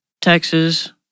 Texas